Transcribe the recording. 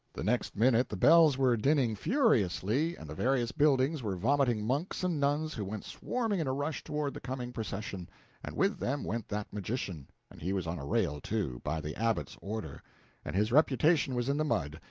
the next minute the bells were dinning furiously, and the various buildings were vomiting monks and nuns, who went swarming in a rush toward the coming procession and with them went that magician and he was on a rail, too, by the abbot's order and his reputation was in the mud,